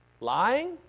Lying